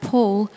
Paul